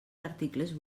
articles